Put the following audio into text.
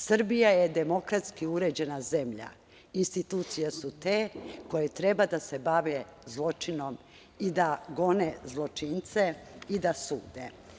Srbija je demokratski uređena zemlja, institucije su te koje treba da se bave zločinom i da gone zločince i da sude.